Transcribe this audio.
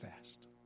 fast